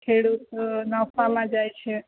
ખેડૂત નફામાં જાય છે